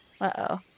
uh-oh